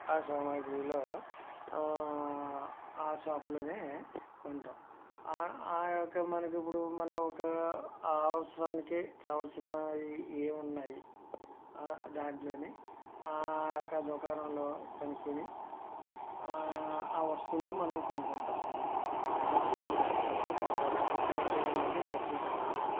ఆ సామాగ్రిలో ఆ షాప్లోనే కొంటాం ఆ యొక్క మనకి ఇప్పుడు మన ఒక్క అవసరానికి కావాల్సిన ఏమున్నాయి దాంట్లోని ఆ యొక్క దుకాణంలో కొనుక్కొని ఆ వస్తువులు మనం కొనుక్కుంటాం బ్రష్లు ఉన్నాయి బ్రష్లు కావాలి పెయింట్ వేయాలంటే బ్రష్లు కావాలి